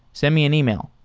send me an email,